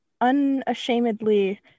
unashamedly